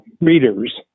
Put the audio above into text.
readers